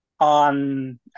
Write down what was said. on